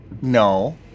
No